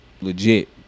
legit